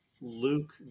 luke